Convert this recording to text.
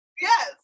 Yes